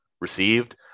received